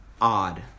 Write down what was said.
odd